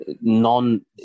non